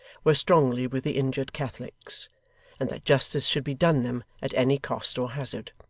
were strongly with the injured catholics and that justice should be done them at any cost or hazard.